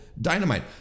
dynamite